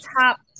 top